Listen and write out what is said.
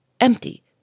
empty